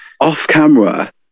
off-camera